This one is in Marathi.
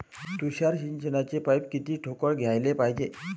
तुषार सिंचनाचे पाइप किती ठोकळ घ्याले पायजे?